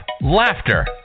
laughter